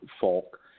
folk